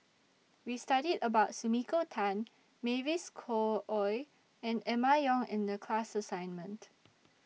We studied about Sumiko Tan Mavis Khoo Oei and Emma Yong in The class assignment